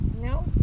No